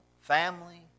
family